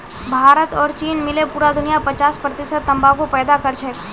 भारत और चीन मिले पूरा दुनियार पचास प्रतिशत तंबाकू पैदा करछेक